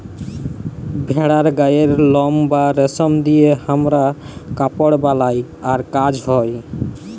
ভেড়ার গায়ের লম বা রেশম দিয়ে হামরা কাপড় বালাই আর কাজ হ্য়